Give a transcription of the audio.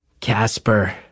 Casper